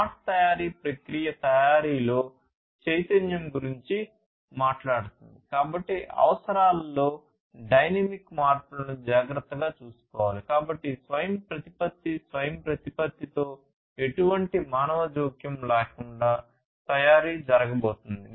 smart తయారీ ప్రక్రియ తయారీలో చైతన్యం స్వయంప్రతిపత్తితో ఎటువంటి మానవ జోక్యం లేకుండా తయారీ జరగబోతోంది